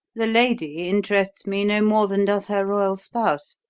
the lady interests me no more than does her royal spouse.